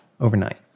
overnight